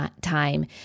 time